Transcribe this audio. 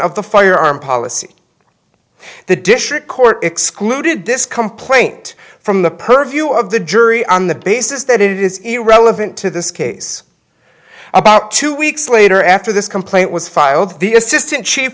of the firearm policy the dish or court excluded this complaint from the purview of the jury on the basis that it is irrelevant to this case about two weeks later after this complaint was filed the assistant ch